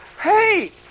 Hey